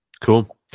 Cool